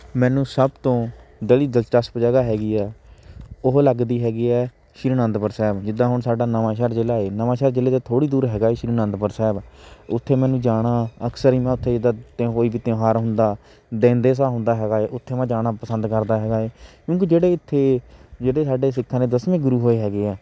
ਮੈਨੂੰ ਸਭ ਤੋਂ ਦੇਲੀ ਦਿਲਚਸਪ ਜਗ੍ਹਾ ਹੈਗੀ ਹੈ ਉਹ ਲੱਗਦੀ ਹੈਗੀ ਹੈ ਸ਼੍ਰੀ ਆਨੰਦਪੁਰ ਸਾਹਿਬ ਜਿੱਦਾਂ ਹੁਣ ਸਾਡਾ ਨਵਾਂਸ਼ਹਿਰ ਜ਼ਿਲ੍ਹਾ ਹੈ ਨਵਾਂਸ਼ਹਿਰ ਜ਼ਿਲ੍ਹੇ ਦੇ ਥੋੜ੍ਹੀ ਦੂਰ ਹੈਗਾ ਹੈ ਸ਼੍ਰੀ ਆਨੰਦਪੁਰ ਸਾਹਿਬ ਉੱਥੇ ਮੈਨੂੰ ਜਾਣਾ ਅਕਸਰ ਹੀ ਮੈਂ ਉੱਥੇ ਜਿੱਦਾਂ ਤਿਉ ਕੋਈ ਵੀ ਤਿਉਹਾਰ ਹੁੰਦਾ ਦਿਨ ਦੇ ਹਿਸਾ ਹੁੰਦਾ ਹੈਗਾ ਹੈ ਉੱਥੇ ਮੈਂ ਜਾਣਾ ਪਸੰਦ ਕਰਦਾ ਹੈਗਾ ਹੈ ਕਿਉਂਕਿ ਜਿਹੜੇ ਇੱਥੇ ਜਿਹੜੇ ਸਾਡੇ ਸਿੱਖਾਂ ਦੇ ਦਸਵੇਂ ਗੁਰੂ ਹੋਏ ਹੈਗੇ ਹੈ